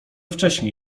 wcześnie